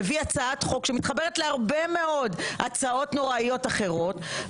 אתה מביא הצעת חוק שמתחברת להרבה מאוד הצעות נוראיות אחרות,